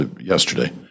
yesterday